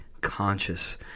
conscious